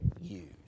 use